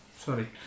Sorry